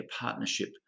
partnership